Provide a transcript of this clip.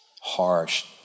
harsh